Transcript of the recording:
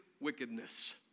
wickedness